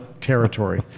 territory